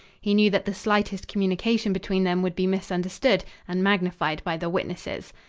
he knew that the slightest communication between them would be misunderstood and magnified by the witnesses.